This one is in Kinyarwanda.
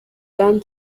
band